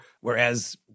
whereas